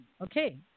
Okay